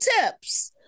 tips